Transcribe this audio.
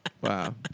Wow